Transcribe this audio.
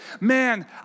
man